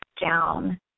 down